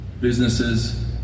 businesses